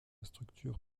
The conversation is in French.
structure